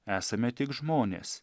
esame tik žmonės